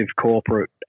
corporate